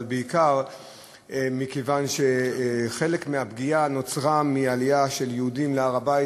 אבל בעיקר מכיוון שחלק מהפגיעה נוצרה מעלייה של יהודים להר-הבית,